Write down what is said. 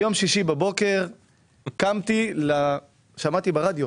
וביום שישי בבוקר שמעתי ברדיו